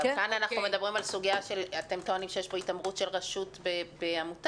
אבל אתם טוענים שיש פה התעמרות של רשות בעמותה.